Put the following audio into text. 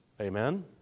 Amen